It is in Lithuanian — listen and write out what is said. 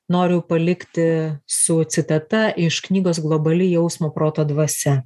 noriu palikti su citata iš knygos globali jausmo proto dvasia